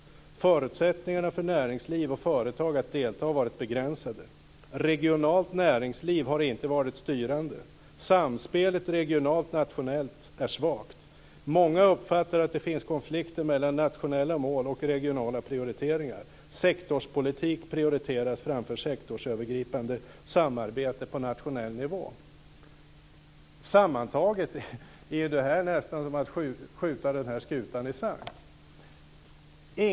Förutsättningarna för näringsliv och företag att delta har varit begränsade. Regionalt näringsliv har inte varit styrande. Samspelet region-nation är svagt. Många uppfattar att det finns konflikter mellan nationella mål och regionala prioriteringar. Sektorspolitik prioriteras framför sektorsövergripande samarbete på nationell nivå. Sammantaget är detta nästan som att skjuta denna skuta i sank.